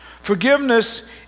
Forgiveness